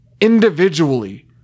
individually